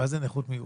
מהי נכות מיוחדת?